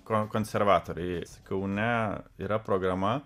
ko konservatoriais kaune yra programa